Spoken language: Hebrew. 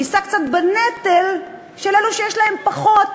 יישא קצת בנטל של אלו שיש להם פחות.